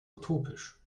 utopisch